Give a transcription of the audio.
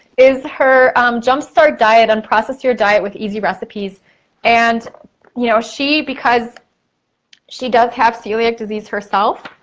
is her jump start diet, unprocess your diet with easy recipes and you know she, because she does have celiac disease herself,